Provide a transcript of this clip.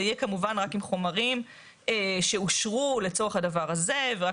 זה יהיה כמובן רק עם חומרים שאושרו לצורך הדבר הזה ורק